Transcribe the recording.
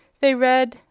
they read,